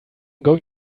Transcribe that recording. going